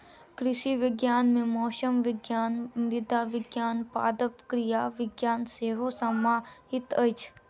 कृषि विज्ञान मे मौसम विज्ञान, मृदा विज्ञान, पादप क्रिया विज्ञान सेहो समाहित अछि